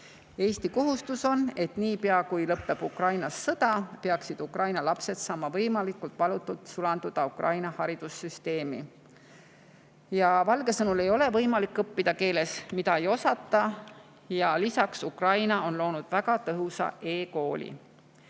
Eesti kohustus on [tagada], et niipea kui Ukrainas sõda lõpeb, peaksid Ukraina lapsed saama võimalikult valutult sulanduda Ukraina haridussüsteemi. Valge sõnul ei ole võimalik õppida keeles, mida ei osata, ja lisaks on Ukraina loonud väga tõhusa e‑kooli.